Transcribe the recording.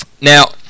Now